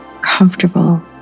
Comfortable